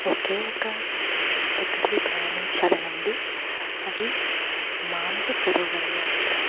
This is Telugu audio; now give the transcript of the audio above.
ఒకే ఒక్క దగ్గరకి ప్రయాణించాలని ఉంది అది మానస సరోవర యాత్ర